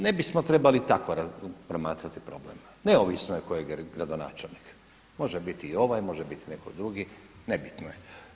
Ne bismo trebali tako promatrati problem, neovisno je tko je gradonačelnik, može biti i ovaj, može biti i netko drugi, nebitno je.